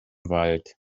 wald